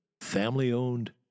family-owned